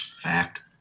Fact